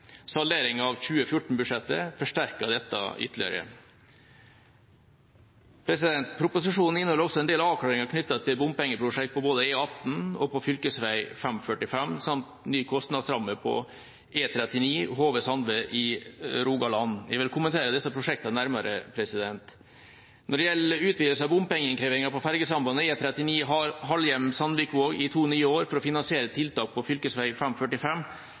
Saldering av 2014-budsjettet forsterket dette ytterligere. Proposisjonen inneholder en del avklaringer knyttet til bompengeprosjekt både på E18 og fv. 545 samt ny kostnadsramme på E39 Hove–Sandved i Rogaland. Jeg vil kommentere disse prosjektene nærmere. Når det gjelder utvidelse av bompengeinnkrevinga på fergesambandet E39 Halhjem–Sandvikvåg i to nye år for å finansiere tiltak på